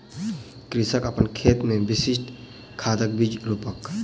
कृषक अपन खेत मे विशिष्ठ दाखक बीज रोपलक